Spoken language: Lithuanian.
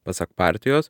pasak partijos